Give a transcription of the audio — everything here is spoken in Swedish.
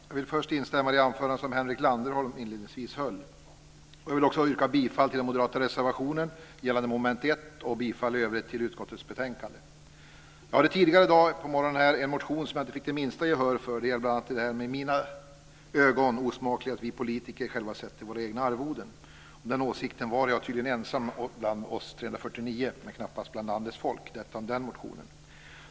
Herr talman! Jag vill först instämma i det anförande som Henrik Landerholm inledningsvis höll. Jag vill också yrka bifall till den moderata reservationen gällande mom. 1 och i övrigt bifall till hemställan i utskottets betänkande. Tidigare i dag behandlades en motion som jag hade väckt, men som jag inte fick det minsta gehör för. Det gällde bl.a. det - i mitt tycke - osmakliga i att vi politiker själva fastställer våra egna arvoden. Jag var tydligen ensam om den åsikten bland oss 349 ledamöter, men knappast bland landets folk. Detta om den motionen.